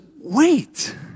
Wait